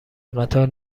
قطار